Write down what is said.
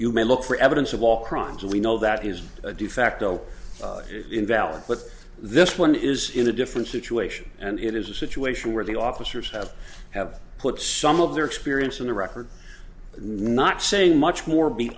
you may look for evidence of all crimes we know that is a de facto invalid but this one is in a different situation and it is a situation where the officers have have put some of their experience in the record not saying much more be